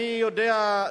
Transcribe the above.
אני יודע,